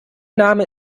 name